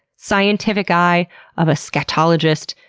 scientific eye of a scatologist,